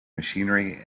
machinery